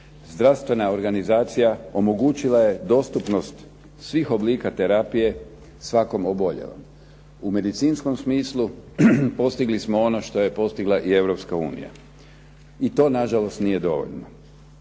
Zdravstvena organizacija omogućila je dostupnost svih oblika terapije svakom oboljelom. U medicinskom smislu postigli smo ono što je postigla Europska unija i to na žalost nije dovoljno.